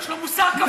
יש לו מוסר כפול.